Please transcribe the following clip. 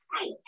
right